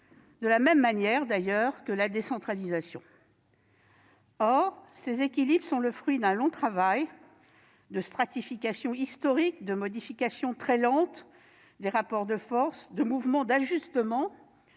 de la même manière, d'ailleurs, que la décentralisation. Or ces équilibres sont le fruit d'un long travail de stratification historique, de modification très lente des rapports de force, de mouvement d'ajustement